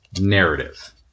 Narrative